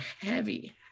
heavy